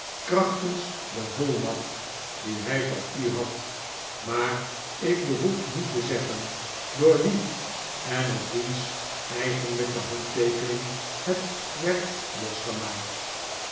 krachtens de volmacht die hij van u had maar ik behoef niet te zeggen door wien en op wiens eigenlijke handteekening het werd losgemaakt